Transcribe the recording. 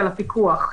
על הפיקוח,